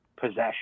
possession